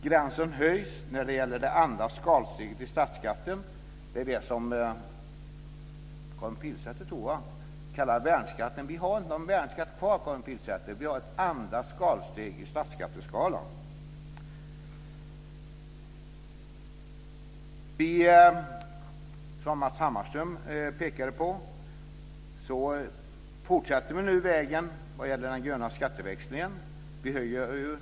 Gränsen höjs för det andra skalsteget i statsskatten, det som Karin Pilsäter kallade värnskatten. Vi har inte någon värnskatt kvar, Karin Pilsäter. Vi har ett andra skalsteg i statsskatteskalan. Som Matz Hammarström pekade på fortsätter vi nu vägen mot den gröna skatteväxlingen.